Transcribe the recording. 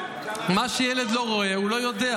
מה שילד לא רואה הוא לא יודע.